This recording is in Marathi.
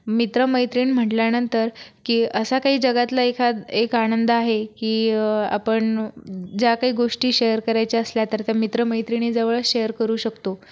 मित्रमैत्रीण म्हटल्यानंतर की असा काही जगातला एखा एक आनंद आहे की आपण ज्या काही गोष्टी शेअर करायच्या असल्या तर त्या मित्रमैत्रिणीजवळच शेअर करू शकतो